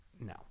No